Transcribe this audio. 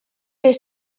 ist